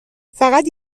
فقط